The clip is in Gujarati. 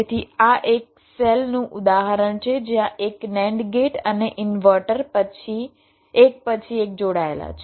તેથી આ એક સેલનું ઉદાહરણ છે જ્યાં એક NAND ગેટ અને ઇન્વર્ટર એક પછી એક જોડાયેલા છે